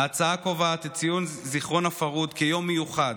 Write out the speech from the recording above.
ההצעה קובעת את ציון זיכרון הפרהוד כיום מיוחד,